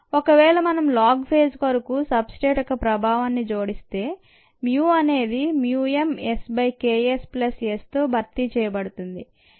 ఒకవేళ మనం log phase కొరకు సబ్ స్ట్రేట్ యొక్క ప్రభావాన్ని జోడిస్తే mu అనేది mu m S by K s plus Sతో భర్తీ చేయబడుతుంది